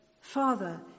Father